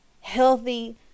healthy